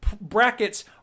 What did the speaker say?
brackets